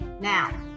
now